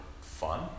fun